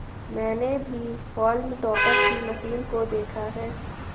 मैंने भी haulm topper की मशीन को देखा है